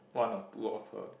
one or two of her